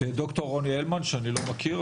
את ד"ר רוני הלמן שאני לא מכיר,